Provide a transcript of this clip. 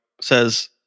says